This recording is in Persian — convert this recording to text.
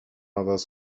عوض